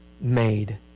made